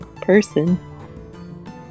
person